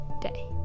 day